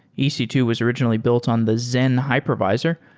e c two was originally built on the zen hypervisor.